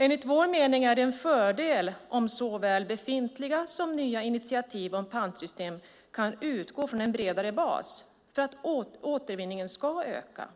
Enligt vår mening är det en fördel om såväl befintliga som nya initiativ om pantsystem kan utgå från en bredare bas för att återvinningen ska öka